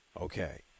Okay